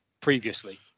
previously